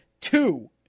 two